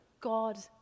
God